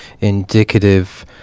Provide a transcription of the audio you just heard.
indicative